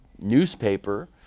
newspaper